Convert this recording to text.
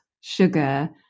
sugar